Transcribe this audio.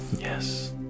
Yes